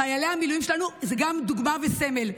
חיילי המילואים שלנו הם גם דוגמה וסמל,